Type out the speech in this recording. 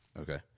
okay